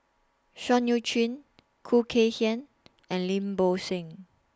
Seah EU Chin Khoo Kay Hian and Lim Bo Seng